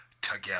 together